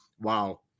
Wow